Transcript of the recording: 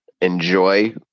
enjoy